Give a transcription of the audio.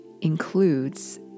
includes